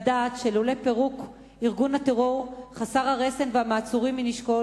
לדעת שללא פירוק ארגון הטרור חסר הרסן והמעצורים מנשקו,